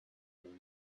and